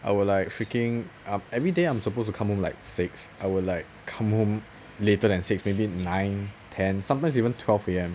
I would like freaking everyday I'm supposed to come home like six I would like come home later than six maybe nine ten sometimes even twelve A_M